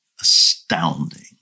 Astounding